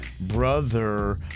brother